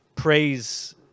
praise